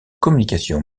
communication